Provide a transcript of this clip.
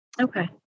Okay